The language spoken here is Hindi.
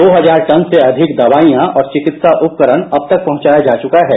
दो हजार टन से अधिक दवाइयां और चिकित्सा उपकरण अब तक पहुंचायाजा चुका है